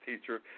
teacher